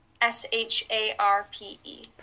S-H-A-R-P-E